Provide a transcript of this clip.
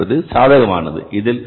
2500 என்பது சாதகமானது